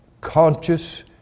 conscious